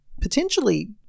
potentially